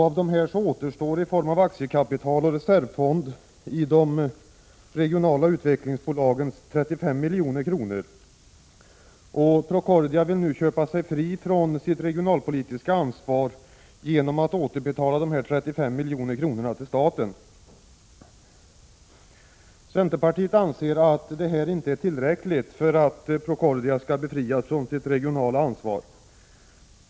Av dessa återstår i form av aktiekapital och reservfond i de regionala utvecklingsbolagen 35 milj.kr. Procordia vill nu köpa sig fria från sitt regionalpolitiska ansvar genom att återbetala dessa 35 milj.kr. till staten. Centerpartiet anser att detta inte är tillräckligt för att Procordia skall befrias från sitt regionala ansvar.